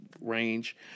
range